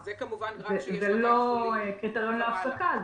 זה לא קריטריון להפסקה,